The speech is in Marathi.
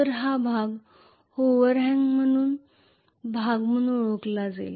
तर हा भाग ओव्हरहॅंग भाग म्हणून ओळखला जातो